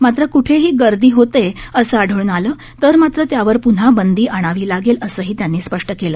मात्र कुठेही गर्दी होतेय असं आढळून आलं तर मात्र त्यावर प्न्हा बंदी आणावी लागेल असंही त्यांनी स्पष्ट केलं